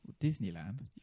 Disneyland